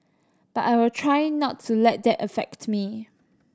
but I try not to let that affect me